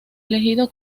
elegido